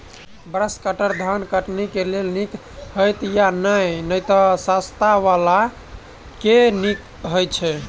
Brush cutter धान कटनी केँ लेल नीक हएत या नै तऽ सस्ता वला केँ नीक हय छै?